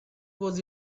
was